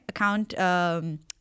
account